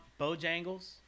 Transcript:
Bojangles